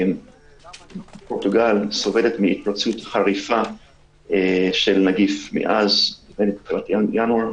פורטוגל סובלת מהתפרצות חריפה של הנגיף מאז ינואר,